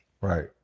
Right